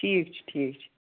ٹھیٖک چھُ ٹھیٖک چھُ